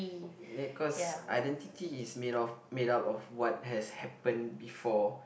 cause identity is made of made up of what has happen before